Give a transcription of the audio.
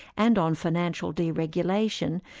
and on financial deregulation,